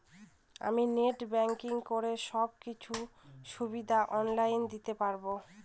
আমি net banking করে সব কিছু সুবিধা অন লাইন দিতে পারবো?